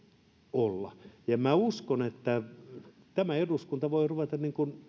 olla minä uskon että tämä eduskunta voi ruveta